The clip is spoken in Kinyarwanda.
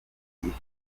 ifite